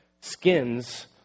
skins